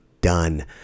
done